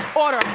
order,